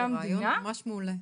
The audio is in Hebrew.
זה רעיון ממש מעולה.